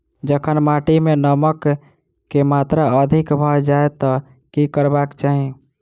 जखन माटि मे नमक कऽ मात्रा अधिक भऽ जाय तऽ की करबाक चाहि?